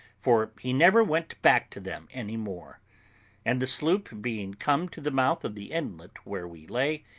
for he never went back to them any more and the sloop being come to the mouth of the inlet where we lay,